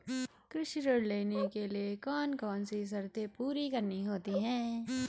कृषि ऋण लेने के लिए कौन कौन सी शर्तें पूरी करनी होती हैं?